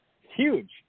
huge